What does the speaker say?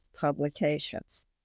publications